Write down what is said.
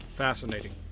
Fascinating